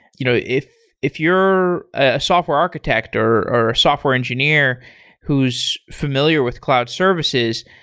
you know if if you're a software architect or or a software engineer who's familiar with cloud services,